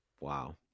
wow